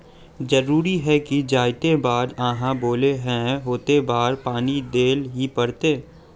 जरूरी है की जयते बार आहाँ बोले है होते बार पानी देल ही पड़ते?